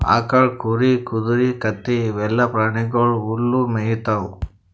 ಆಕಳ್, ಕುರಿ, ಕುದರಿ, ಕತ್ತಿ ಇವೆಲ್ಲಾ ಪ್ರಾಣಿಗೊಳ್ ಹುಲ್ಲ್ ಮೇಯ್ತಾವ್